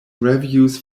reviews